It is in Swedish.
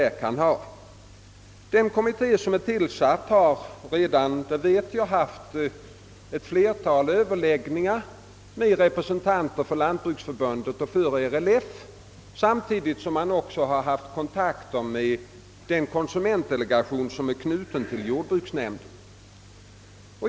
Den kommitté som är tillsatt har redan — det vet jag — haft ett flertal resonemang med representanter för Lantbruksförbundet och RLF samtidigt som den har haft kontakter med den konsumentdelegation som är knuten till jordbruksnämnden.